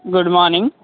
good morning